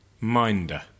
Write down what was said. Minder